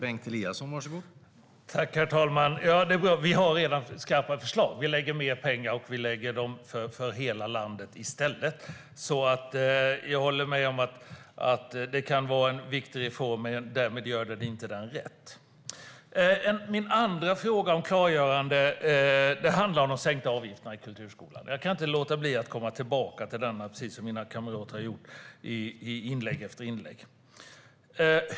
Herr talman! Vi har redan skarpa förslag. Vi lägger mer pengar, och vi lägger dem för hela landet i stället. Jag håller med om att det kan vara en viktig reform, men därmed gör det den inte rätt. Min andra fråga efter ett klargörande handlar om de sänkta avgifterna i kulturskolan. Jag kan inte låta bli att komma tillbaka till det, precis som mina kamrater har gjort i inlägg efter inlägg.